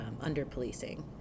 under-policing